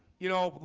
you know,